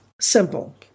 simple